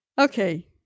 Okay